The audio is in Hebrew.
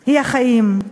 היא החיים,